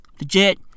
Legit